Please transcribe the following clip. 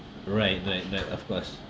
right right right of course